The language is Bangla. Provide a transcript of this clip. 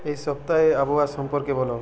এই সপ্তাহে আবহাওয়া সম্পর্কে বলো